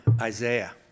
Isaiah